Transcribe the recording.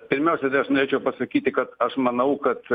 pirmiausia norėčiau pasakyti kad aš manau kad